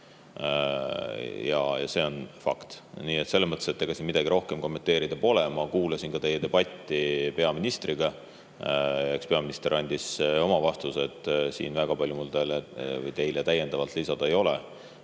See on fakt. Nii et selles mõttes siin midagi rohkem kommenteerida pole. Ma kuulasin ka teie debatti peaministriga. Eks peaminister andis oma vastused, siin mul väga palju täiendavalt lisada ei ole.